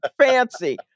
fancy